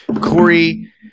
Corey